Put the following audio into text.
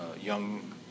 young